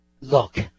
look